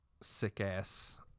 sick-ass